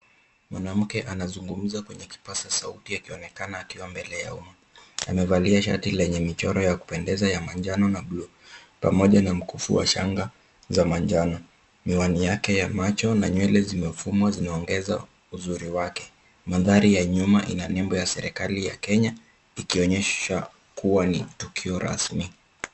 Mwanamke anazungumza kwenye kipaza sauti akionekana akiwa mbele ya umma. Amevalia shati lenye michoro ya kupendeza ya manjano na buluu pamoja na mkufu wa shanga za manjano. Miwani yake ya macho na nywele zimefumwa zinaongeza uzuri wake. Mandhari ya nyuma ina nembo ya serikali ya Kenya ikionyesha kuwa ni tukio rasmi.